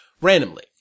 randomly